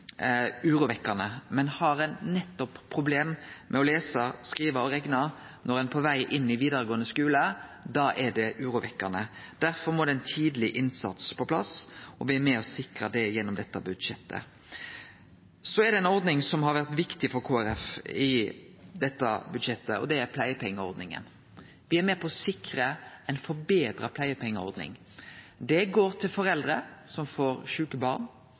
men har ein problem med å lese, skrive og rekne når ein er på veg inn i vidaregåande skule, da er det urovekkjande. Derfor må det ein tidleg innsats på plass, og me er med og sikrar det gjennom dette budsjettet. Så er det ei ordning som har vore viktig for Kristeleg Folkeparti i dette budsjettet, og det er pleiepengeordninga. Me er med på å sikre ei forbetra pleiepengeordning. Pleiepengar går til foreldre som får sjuke barn,